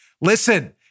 Listen